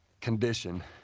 condition